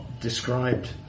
described